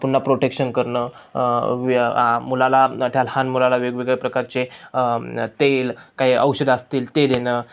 पुन्हा प्रोटेक्शन करणं व मुलाला त्या लहान मुलाला वेगवेगळ्या प्रकारचे तेल काही औषधं असतील ते देणं